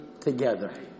together